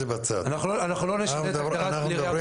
זה בצד --- אנחנו לא נשנה את הגדרת כלי ירייה בחוק.